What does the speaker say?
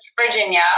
Virginia